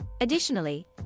Additionally